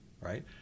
right